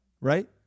right